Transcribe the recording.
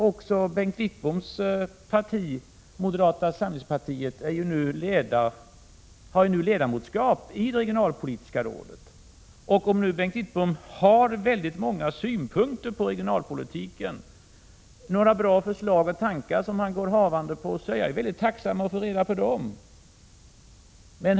Också Bengt Wittboms parti, moderata samlingspartiet, är med i det regionalpolitiska rådet, och om Bengt Wittbom har många synpunkter, några bra förslag och tankar om regionalpolitiken är jag mycket tacksam att få reda på dem.